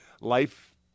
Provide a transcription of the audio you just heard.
life